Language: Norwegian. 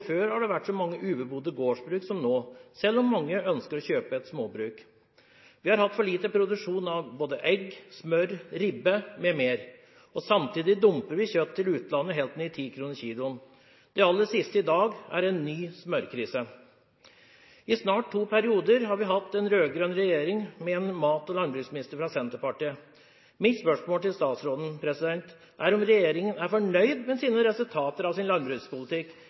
før har det vært så mange ubebodde gårdsbruk som nå, selv om mange ønsker å kjøpe et småbruk. Vi har hatt for lite produksjon av både egg, smør og ribbe m.m. og samtidig dumper vi kjøtt til utlandet helt ned i 10 kr kiloen. Det aller siste i dag er en ny smørkrise. I snart to perioder har vi hatt en rød-grønn regjering med en mat- og landbruksminister fra Senterpartiet. Mitt spørsmål til statsråden er om regjeringen er fornøyd med resultatene av sin landbrukspolitikk.